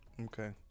Okay